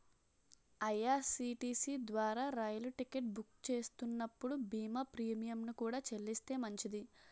IRCTC ద్వారా రైలు ticket book చేస్తున్నప్పుడు బీమా ప్రీమియంను కూడా చెల్లిస్తే మంచిది